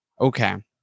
okay